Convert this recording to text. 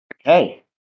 Okay